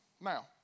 Now